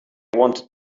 wanted